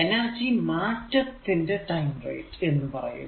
energy മാറ്റത്തിന്റെ time rate എന്ന് പറയുക